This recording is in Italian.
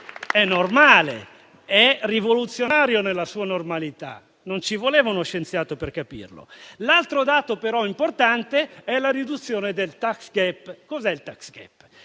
È normale e rivoluzionario nella sua normalità, non ci voleva uno scienziato per capirlo. L'altro dato importante è la riduzione del *tax gap*, la